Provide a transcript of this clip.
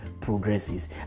progresses